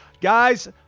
Guys